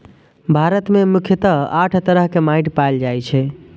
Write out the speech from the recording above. भारत मे मुख्यतः आठ तरह के माटि पाएल जाए छै